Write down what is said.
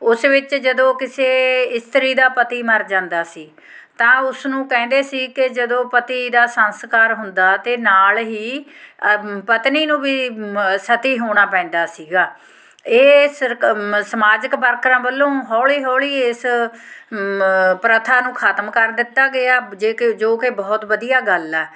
ਉਸ ਵਿੱਚ ਜਦੋਂ ਕਿਸੇ ਇਸਤਰੀ ਦਾ ਪਤੀ ਮਰ ਜਾਂਦਾ ਸੀ ਤਾਂ ਉਸਨੂੰ ਕਹਿੰਦੇ ਸੀ ਕਿ ਜਦੋਂ ਪਤੀ ਦਾ ਸਸਕਾਰ ਹੁੰਦਾ ਅਤੇ ਨਾਲ ਹੀ ਪਤਨੀ ਨੂੰ ਵੀ ਮ ਸਤੀ ਹੋਣਾ ਪੈਂਦਾ ਸੀਗਾ ਇਹ ਸਰਕ ਮ ਸਮਾਜਿਕ ਵਰਕਰਾਂ ਵੱਲੋਂ ਹੌਲੀ ਹੌਲੀ ਇਸ ਪ੍ਰਥਾ ਨੂੰ ਖਤਮ ਕਰ ਦਿੱਤਾ ਗਿਆ ਜੇ ਕੇ ਜੋ ਕਿ ਬਹੁਤ ਵਧੀਆ ਗੱਲ ਆ